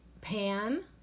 Pan